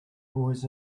toys